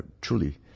truly